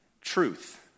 truth